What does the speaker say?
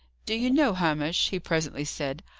do you know, hamish, he presently said,